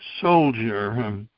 soldier